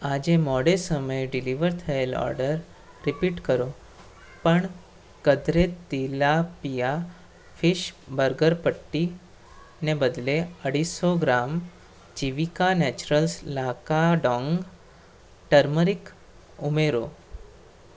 આજે મોડે સમયે ડિલિવર થયેલ ઓર્ડર રીપીટ કરો પણ ગદ્રે તીલાપિયા ફીશ બર્ગર પટ્ટીને બદલે અઢીસો gram Jeevika naturals Lakadong turmeric ઉમેરો